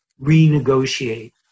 renegotiate